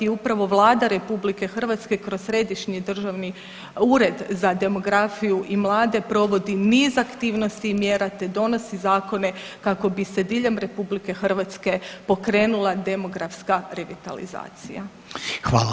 Upravo Vlada RH kroz Središnji državni ured za demografiju i mlade provodi niz aktivnosti i mjera, te donosi zakone kako bi se diljem RH pokrenula demografska revitalizacija.